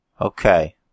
Okay